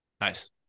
Nice